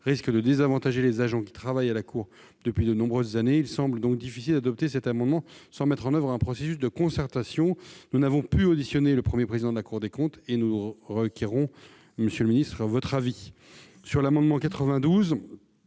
risque de désavantager les agents qui travaillent à la cour depuis de nombreuses années. Il semble donc difficile d'adopter cet amendement sans mettre en oeuvre un processus de concertation. Nous n'avons pu auditionner le Premier président de la Cour des comptes ; aussi, nous sollicitons l'avis